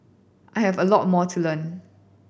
I have a lot more to learn